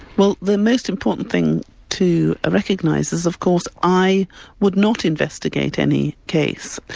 well the most important thing to recognise is of course i would not investigate any case.